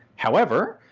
however,